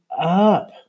up